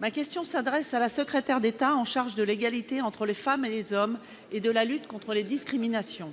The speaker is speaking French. ma question s'adresse à Mme la secrétaire d'État chargée de l'égalité entre les femmes et les hommes et de la lutte contre les discriminations.